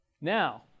Now